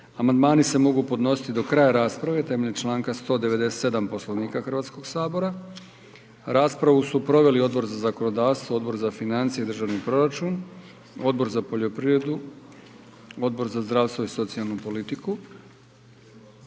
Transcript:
amandmani se mogu podnositi do kraja rasprave temeljem čl. 197. Poslovnika Hrvatskog sabora. Raspravu su proveli Odbor za zakonodavstvo, Odbor za financije i državni proračun, Odbor za poljoprivredu, Odbor za zdravstvo i socijalnu politiku.